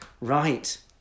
Right